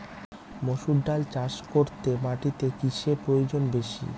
মুসুর ডাল চাষ করতে মাটিতে কিসে প্রয়োজন বেশী?